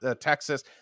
texas